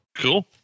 Cool